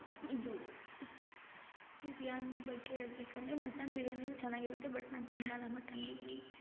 ಇದು ಬಿರ್ಯಾನಿ ಬಗ್ಗೆ ಹೇಳ್ಬೇಕಂದ್ರೆ ಮಟನ್ ಬಿರ್ಯಾನಿಯೂ ಚೆನ್ನಾಗಿರುತ್ತೆ ಬಟ್ ನಾ ತಿನ್ನಲ್ಲ ಮಟನ್ ಬಿರ್ಯಾನಿ